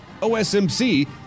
OSMC